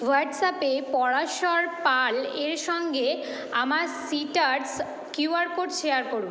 হোয়াটসঅ্যাপে পরাশর পালের সঙ্গে আমার সিটার্স কিউ আর কোড শেয়ার করুন